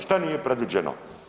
Što nije predviđeno?